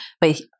but-